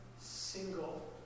single